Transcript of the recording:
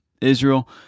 Israel